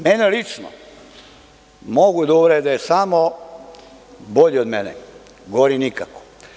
Mene lično mogu da uvrede samo bolji od mene, gori nikad.